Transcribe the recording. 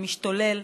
המשתולל,